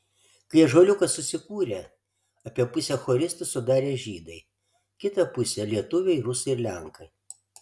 kai ąžuoliukas susikūrė apie pusę choristų sudarė žydai kitą pusę lietuviai rusai ir lenkai